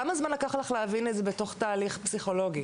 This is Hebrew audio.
כמה זמן לקח לך להבין את זה בתוך תהליך פסיכולוגי?